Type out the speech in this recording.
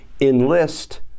enlist